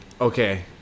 okay